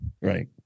Right